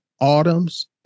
Autumn's